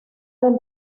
del